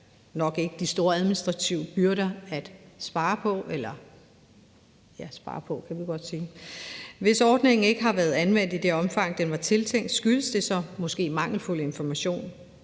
nok ikke de store administrative byrder at spare på. Hvis ordningen ikke har været anvendt i det omfang, den var tiltænkt, skyldes det så måske mangelfuld information